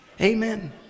Amen